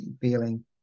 feeling